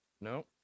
No